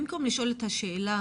במקום לשאול את השאלה